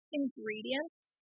ingredients